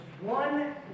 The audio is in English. One